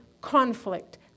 conflict